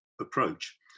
approach